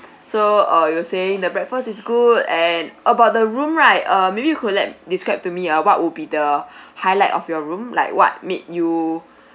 so uh you were saying the breakfast is good and about the room right err maybe you could let describe to me uh what would be the highlight of your room like what made you